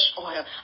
oil